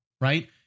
Right